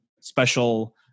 Special